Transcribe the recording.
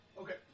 Okay